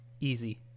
easy